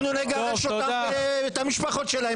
אנחנו נגרש אותם ואת המשפחות שלהם.